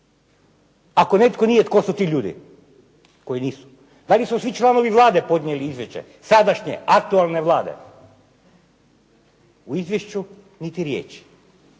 Ako netko nije tko su ti ljudi koji nisu? Da li su svi članovi Vlade podnijeli izvješće, sadašnje aktualne Vlade? U izvješću niti riječi.